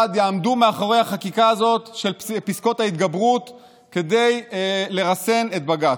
יעמדו מאחורי החקיקה הזאת של פסקות ההתגברות כדי לרסן את בג"ץ.